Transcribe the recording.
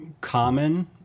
common